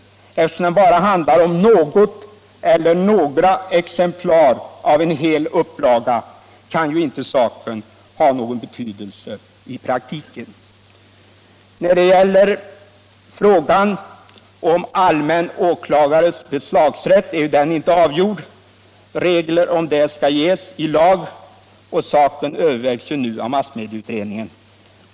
Men eftersom det bara handlar om något eller några exemplar av en hel upplaga kan ju inte saken ha någon betydelse i praktiken. Frågan om allmänna åklagarens beslagsrätt är inte avgjord. Regler i det avseendet skall ges i lag, och saken övervägs nu av massmedieutredningen.